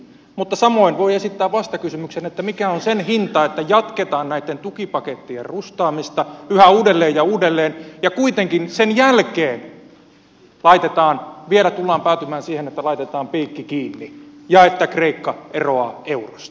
mutta samoin voi esittää vastakysymyksen mikä on sen hinta että jatketaan näitten tukipakettien rustaamista yhä uudelleen ja uudelleen ja kuitenkin sen jälkeen vielä tullaan päätymään siihen että laitetaan piikki kiinni ja että kreikka eroaa eurosta